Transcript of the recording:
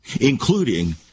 including